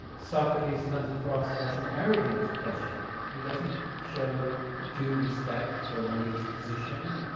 socrates comes across as an arrogant questioner, he doesn't show due respect for meletus' position.